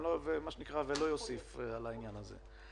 ואני לא אוסיף על העניין הזה.